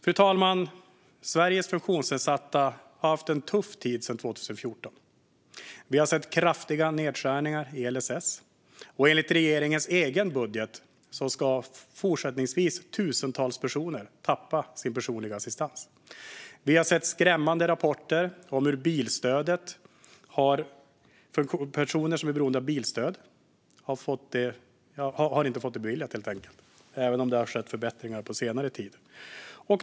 Fru talman! Sveriges funktionsnedsatta har haft en tuff tid sedan 2014. Vi har sett kraftiga nedskärningar i LSS. Enligt regeringens egen budget ska fortsättningsvis tusentals personer tappa sin personliga assistans. Vi har sett skrämmande rapporter om hur personer som är beroende av bilstöd inte har fått det beviljat - även om det har skett förbättringar på senare tid.